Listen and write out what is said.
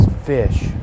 fish